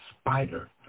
spider